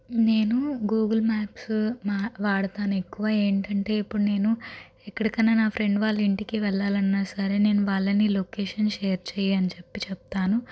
నేను Google maps వా వాడుతాను ఎక్కువ ఏమిటంటే ఇప్పుడు నేను ఎక్కడికన్నా నా ఫ్రెండ్ వాళ్ళ ఇంటికి వెళ్ళాలి అన్న సరే నేను వాళ్ళని లొకేషన్ షేర్ చెయ్యి అని చెప్పి చెప్తాను